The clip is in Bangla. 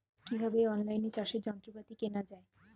কিভাবে অন লাইনে চাষের যন্ত্রপাতি কেনা য়ায়?